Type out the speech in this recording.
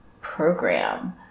program